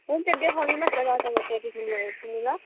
हुन्छ देखाउनु न पहिला तपाईँ त्यहाँदेखि म हेर्छु नि ल